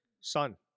son